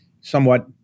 somewhat